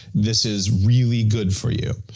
this is really good for you,